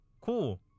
cool